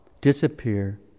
disappear